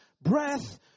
breath